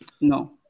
No